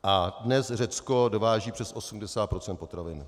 A dnes Řecko dováží přes 80 procent potravin.